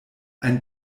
ein